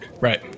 Right